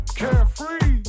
carefree